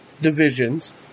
divisions